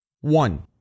One